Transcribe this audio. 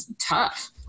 tough